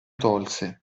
tolse